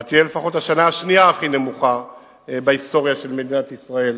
תהיה לפחות השנה השנייה הכי נמוכה בהיסטוריה של מדינת ישראל